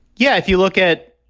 yeah, if you look at. at.